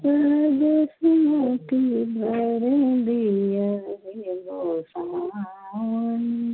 सहज सुमति वर दियउ गोसाउनि